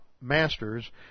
masters